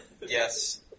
Yes